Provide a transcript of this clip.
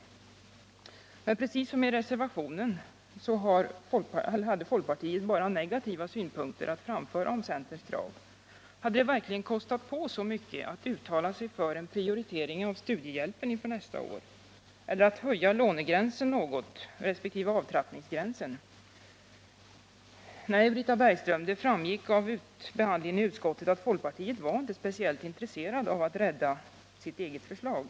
Precis som i reservationen hade folkpartiet bara negativa synpunkter på centerns krav. Hade det verkligen kostat på så mycket att uttala sig för en prioritering av studiehjälpen inför nästa år eller att höja lånegränsen resp. avtrappningsgränsen något? Nej, Britta Bergström, det framgick av behandlingen i utskottet att folkpartiet inte var speciellt intresserat av att rädda sitt eget förslag.